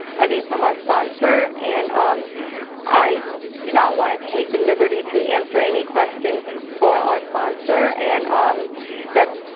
i mean from our sponsor. and um i do not want to take the liberty to answer any questions for our sponsor. and um that's